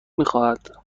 میخواهد